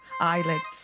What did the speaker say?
eyelids